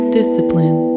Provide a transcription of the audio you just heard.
discipline